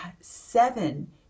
seven